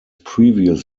previous